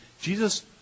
Jesus